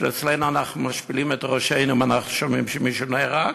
שאנחנו משפילים את ראשנו אם אנחנו שומעים שמישהו נהרג,